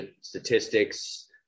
statistics